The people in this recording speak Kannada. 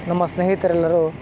ನಮ್ಮ ಸ್ನೇಹಿತರೆಲ್ಲರೂ